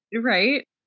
Right